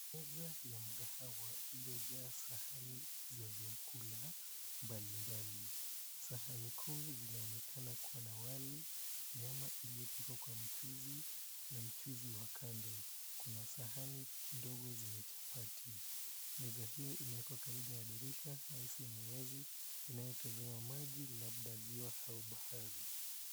Meza ya mkahawa iliyojaa sahani za vyakula mbalimbali. Sahani kuu zinaonekana kuwa na wali, nyama iliyopikwa kwa mchuzi na mchuzi wa kando. Kuna sahani ndogo zenye chapati. Meza hiyo imewekwa karibu na dirisha au sehemu wazi inayotazama maji labda ziwa au bahari.